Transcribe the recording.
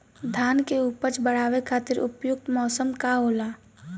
धान के उपज बढ़ावे खातिर उपयुक्त मौसम का होला?